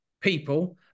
people